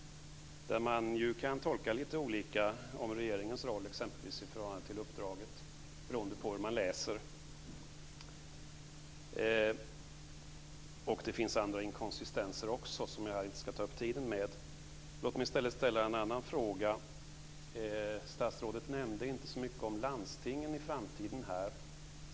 Där kan man tolka på lite olika sätt om exempelvis regeringens roll i förhållande till uppdraget beroende på hur man läser. Det finns också andra inkonsistenser som jag inte ska ta upp tiden med. Låt mitt i stället ställa en annan fråga. Statsrådet sade inte så mycket om landstingen i framtiden.